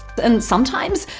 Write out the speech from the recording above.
and sometimes,